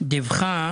דיווחה